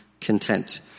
content